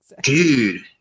Dude